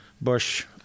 Bush